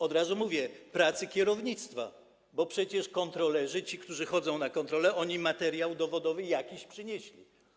Od razu mówię: pracy kierownictwa, bo przecież kontrolerzy, ci, którzy chodzą na kontrole, jakiś materiał dowodowy przynieśli.